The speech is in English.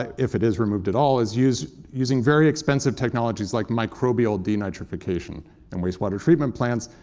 if it is removed at all, is using using very expensive technologies like microbial denitrification in wastewater treatment plants.